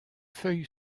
feuilles